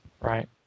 Right